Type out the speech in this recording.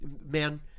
Man